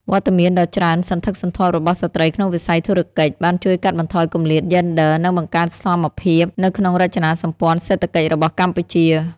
វត្តមានដ៏ច្រើនសន្ធឹកសន្ធាប់របស់ស្ត្រីក្នុងវិស័យធុរកិច្ច បានជួយកាត់បន្ថយគម្លាតយេនឌ័រ និងបង្កើនសមភាពនៅក្នុងរចនាសម្ព័ន្ធសេដ្ឋកិច្ចរបស់កម្ពុជា។